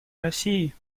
россии